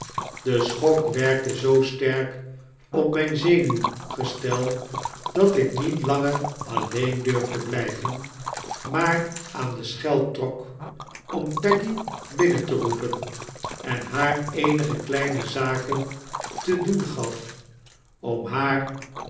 de schok werkte zoo sterk op myn zenuwgestel dat ik niet langer alleen durfde blijven maar aan de schel trok om peggy binnen te roepen en haar eenige kleine zaken te doen gaf om haar